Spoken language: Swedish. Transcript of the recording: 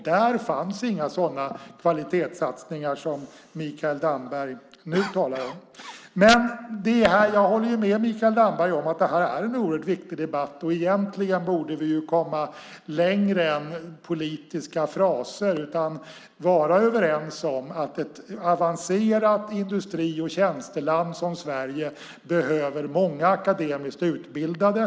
Där fanns inga sådana kvalitetssatsningar som Mikael Damberg nu talar om. Jag håller med Mikael Damberg om att det här är en oerhört viktig debatt, och egentligen borde vi komma längre än till politiska fraser. I stället borde vi vara överens om att ett avancerat industri och tjänsteland som Sverige behöver många akademiskt utbildade.